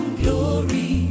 glory